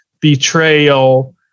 betrayal